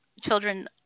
children